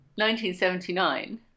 1979